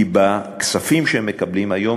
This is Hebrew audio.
כי בכספים שהם מקבלים היום,